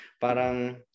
Parang